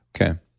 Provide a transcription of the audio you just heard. Okay